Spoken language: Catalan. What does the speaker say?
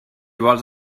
vols